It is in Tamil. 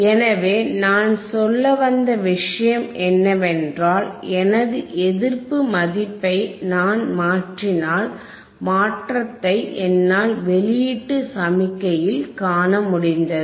எனவே நான் சொல்ல வந்த விஷயம் என்னவென்றால் எனது எதிர்ப்பு மதிப்பை நான் மாற்றினால் மாற்றத்தை என்னால் வெளியீட்டு சமிக்ஞைஇல் காண முடிந்தது